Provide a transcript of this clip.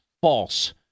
false